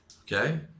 Okay